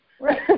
Right